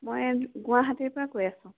মই গুৱাহাটীৰ পৰা কৈ আছোঁ